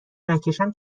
نکشم